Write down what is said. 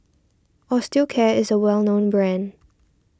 Osteocare is a well known brand